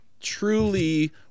truly